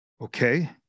Okay